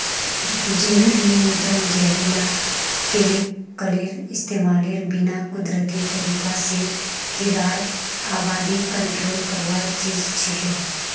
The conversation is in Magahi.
जैविक नियंत्रण जहरीला केमिकलेर इस्तमालेर बिना कुदरती तरीका स कीड़ार आबादी कंट्रोल करवार चीज छिके